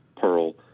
pearl